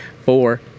four